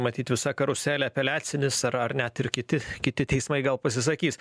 matyt visa karuselė apeliacinis ar ar net ir kiti kiti teismai gal pasisakys